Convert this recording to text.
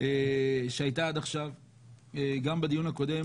שהייתה עד עכשיו גם בדיון הקודם,